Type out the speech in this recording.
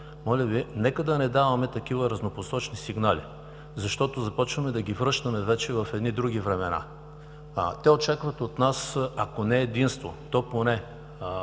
Моля Ви нека да не даваме такива разнопосочни сигнали, защото започваме да ги връщаме вече в едни други времена. Те очакват от нас ако не единство, то поне